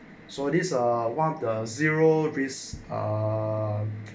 so these are one of the zero this uh